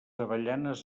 avellanes